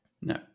no